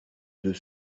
deux